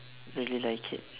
really like it